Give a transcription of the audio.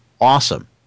awesome